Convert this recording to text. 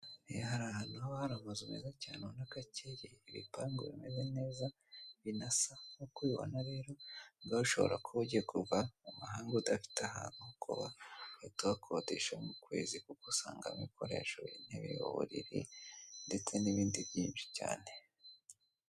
Hari ahantu haba hari amazu meza cyane ubona ko acyeye, ibipangu bimeze neza binasa. Nk'uko ubibona rero, imvura ishobora kuba igiye kugwa mu mahanga udafite ahantu ho kuba ugahita uhakodesha nk'ukwezi kuko usangamo ibikoresho, intebe, uburiri ndetse n'ibindi byinshi cyane.